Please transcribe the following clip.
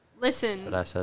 Listen